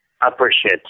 appreciate